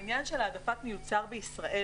ישנו העניין של העדפת תוצרת בישראל.